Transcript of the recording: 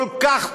כל כך פשוט.